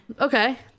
okay